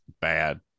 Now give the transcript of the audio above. bad